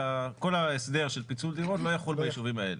שכל ההסדר של פיצול דירות לא יחול ביישובים האלה.